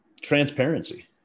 transparency